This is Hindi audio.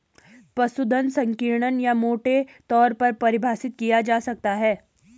पशुधन संकीर्ण या मोटे तौर पर परिभाषित किया जा सकता है